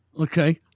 Okay